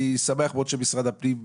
אני שמח מאוד שמשרד הפנים,